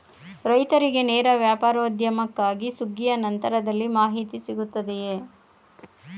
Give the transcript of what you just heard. ರೈತರಿಗೆ ನೇರ ವ್ಯಾಪಾರೋದ್ಯಮಕ್ಕಾಗಿ ಸುಗ್ಗಿಯ ನಂತರದಲ್ಲಿ ಮಾಹಿತಿ ಸಿಗುತ್ತದೆಯೇ?